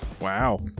Wow